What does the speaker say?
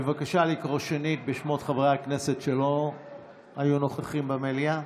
בבקשה לקרוא שנית בשמות חברי הכנסת שלא היו נוכחים במליאה.